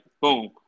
Boom